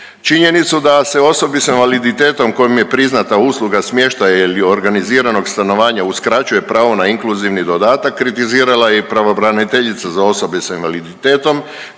Činjenicu da se osobi sa invaliditetom kojoj je priznata usluga smještaja ili organiziranog stanovanja uskraćuje pravo na inkluzivni dodatak, kritizirala je i pravobraniteljica za osobe sa invaliditetom,